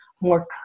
more